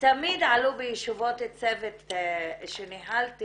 תמיד עלו בישיבות צוות שניהלתי,